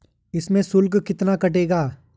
इसमें शुल्क कितना कटेगा?